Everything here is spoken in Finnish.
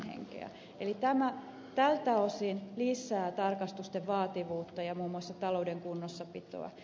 eli tämä tältä osin lisää tarkastusten vaativuutta ja muun muassa talouden kunnossapitoa